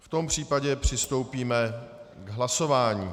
V tom případě přistoupíme k hlasování.